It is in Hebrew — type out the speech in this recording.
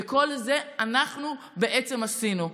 ואת כל זה אנחנו בעצם עשינו.